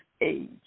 age